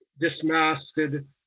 dismasted